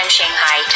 Shanghai